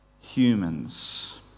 humans